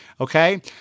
Okay